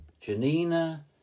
Janina